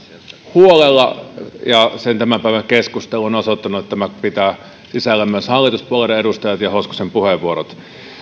huolella sen tämän päivän keskustelu on osoittanut ja tämä pitää sisällään myös hallituspuolueiden edustajat ja hoskosen puheenvuorot